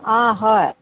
অঁ হয়